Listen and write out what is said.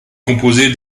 composée